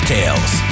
Tales